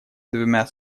двумя